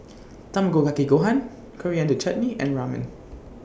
Tamago Kake Gohan Coriander Chutney and Ramen